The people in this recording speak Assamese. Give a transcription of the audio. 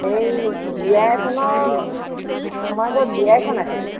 এই বিয়া এখনৰ আমাৰ ঘৰত বিয়া এখন আছিল